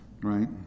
Right